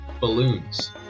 balloons